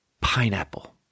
pineapple